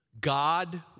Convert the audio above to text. God